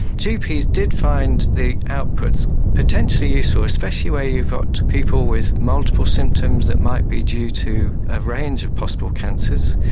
gps did find the outputs potentially useful, especially where you've got people with multiple symptoms that might be due to a range of possible cancers.